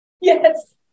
Yes